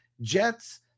Jets